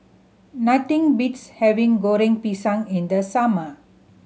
nothing beats having Goreng Pisang in the summer